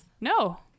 No